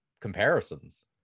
comparisons